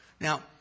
Now